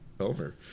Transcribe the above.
over